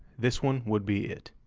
this one would be it.